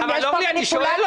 יש פה מניפולציה.